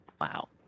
Wow